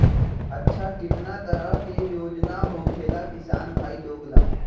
अच्छा कितना तरह के योजना होखेला किसान भाई लोग ला?